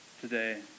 today